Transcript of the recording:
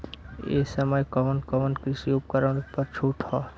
ए समय कवन कवन कृषि उपकरण पर छूट ह?